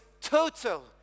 total